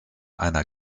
einer